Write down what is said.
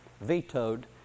vetoed